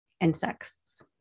insects